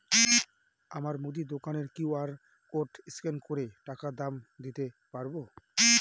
আমার মুদি দোকানের কিউ.আর কোড স্ক্যান করে টাকা দাম দিতে পারব?